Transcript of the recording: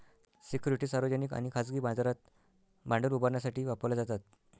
securities सार्वजनिक आणि खाजगी बाजारात भांडवल उभारण्यासाठी वापरल्या जातात